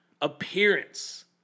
Appearance